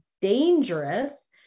dangerous